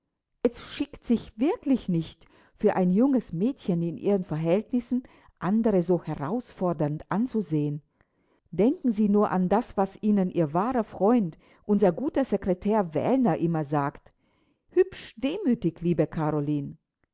schickt sich wirklich nicht für ein junges mädchen in ihren verhältnissen andere so herausfordernd anzusehen denken sie nur an das was ihnen ihr wahrer freund unser guter sekretär wellner immer sagt hübsch demütig liebe karoline